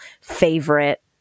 favorite